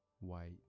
white